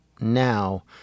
now